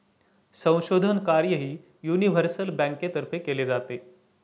संशोधन कार्यही युनिव्हर्सल बँकेतर्फे केले जाते